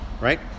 right